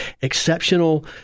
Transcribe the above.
exceptional